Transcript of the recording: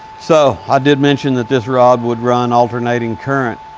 so i did mention that this rod would run alternating current.